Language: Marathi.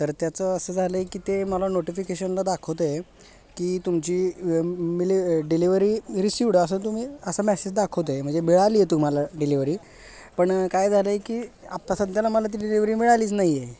तर त्याचं असं झालं आहे की ते मला नोटिफिकेशनला दाखवतं आहे की तुमची मिली डिलेवरी रिसिवड असं तुम्ही असं मॅसेज दाखवतं आहे म्हणजे मिळाली आहे तुम्हाला डिलेवरी पण काय झालं आहे की आत्ता सध्याला मला ती डिलेवरी मिळालीच नाही आहे